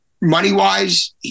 money-wise